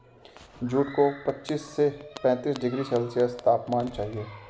jute को पच्चीस से पैंतीस डिग्री सेल्सियस तापमान चाहिए